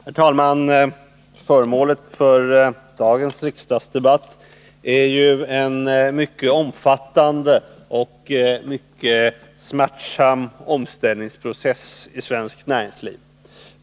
Herr talman! Föremålet för dagens riksdagsdebatt är ju en mycket omfattande och mycket smärtsam omställningsprocess i svenskt näringsliv.